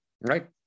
Right